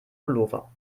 pullover